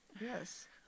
Yes